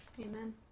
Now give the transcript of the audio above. Amen